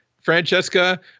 Francesca